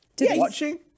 watching